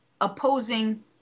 opposing